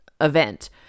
event